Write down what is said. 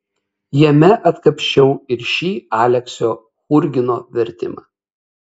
jame atkapsčiau ir šį aleksio churgino vertimą